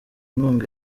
nkunga